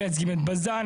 הם מיצגים את בזן,